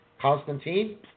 Constantine